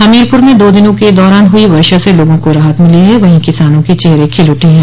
हमीरपुर में दो दिनों के दौरान हुई वर्षा से लोगों को राहत मिली है वहीं किसानों के चेहरे खिल उठे हैं